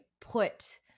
put